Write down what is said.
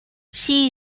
she